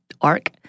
arc